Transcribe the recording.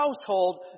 household